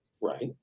Right